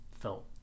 felt